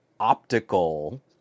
optical